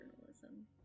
Journalism